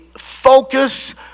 focus